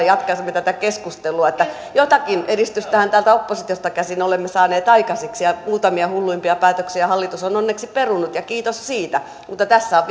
jatkaisimme tätä keskustelua jotakin edistystähän täältä oppositiosta käsin olemme saaneet aikaiseksi ja muutamia hulluimpia päätöksiä hallitus on onneksi perunut ja kiitos siitä mutta tässä on